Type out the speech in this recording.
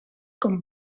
con